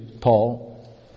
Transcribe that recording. Paul